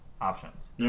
options